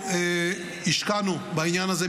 השקענו בעניין הזה,